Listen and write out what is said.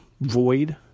void